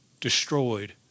destroyed